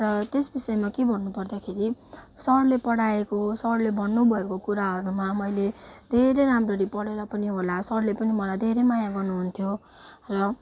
र त्यस विषयमा के भन्नु पर्दाखेरि सरले पढाएको सरले भन्नु भएको कुराहरूमा मैले धेरै राम्ररी पढेर पनि होला सरले पनि मलाइ धेरै माया गर्नुहुन्थ्यो र